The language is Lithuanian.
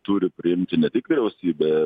turi priimti ne tik vyriausybė